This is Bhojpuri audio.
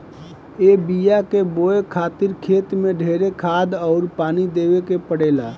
ए बिया के बोए खातिर खेत मे ढेरे खाद अउर पानी देवे के पड़ेला